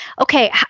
okay